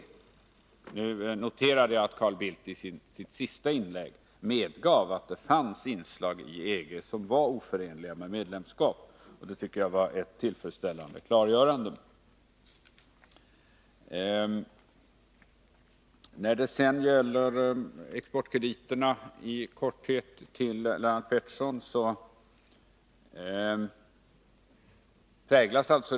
Nu noterade jag att Carl Bildt i sitt senaste inlägg medgav att det finns inslag i EG som är oförenliga med medlemskap. Det tycker jag var ett tillfredsställande klargörande. När det sedan gäller exportkrediterna vill jag i korthet säga följande till Lennart Pettersson.